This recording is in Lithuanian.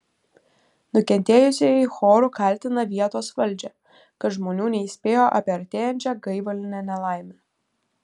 nukentėjusieji choru kaltina vietos valdžią kad žmonių neįspėjo apie artėjančią gaivalinę nelaimę